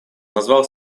назвал